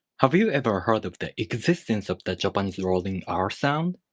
have you ever heard of the existence of the japanese rolling r sound?